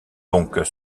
donc